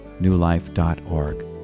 newlife.org